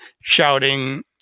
shouting